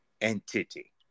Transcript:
entity